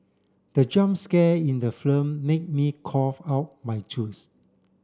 the jump scare in the film made me cough out my juice